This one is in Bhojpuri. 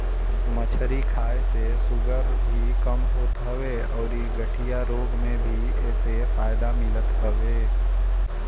मछरी खाए से शुगर भी कम होत हवे अउरी गठिया रोग में भी एसे फायदा मिलत हवे